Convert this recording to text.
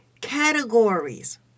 categories